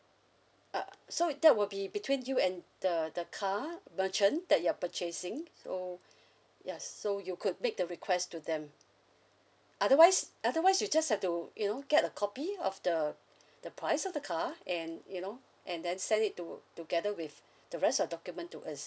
uh so that will be between you and the the car merchant that you're purchasing so ya so you could make the request to them otherwise otherwise you just have to you know get a copy of the the price of the car and you know and then send it to together with the rest of document to us